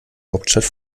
hauptstadt